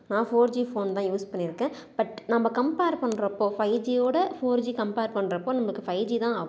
நான் four G phone தான் use பண்ணியிருக்கேன் பட் நம்ம கம்பேர் பண்ணுறப்போ ஃபைவ் ஜீயோட ஃபோர் ஜீ கம்பேர் பண்ணுறப்போ நமக்கு ஃபைவ் ஜீ தான்